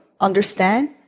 understand